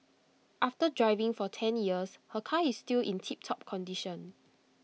after driving for ten years her car is still in tiptop condition